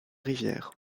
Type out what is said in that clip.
rivières